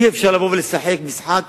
אי-אפשר לבוא ולשחק משחק